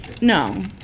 No